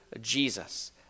Jesus